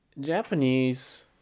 Japanese